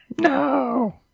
No